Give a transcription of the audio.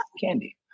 candy